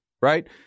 right